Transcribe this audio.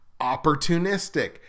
opportunistic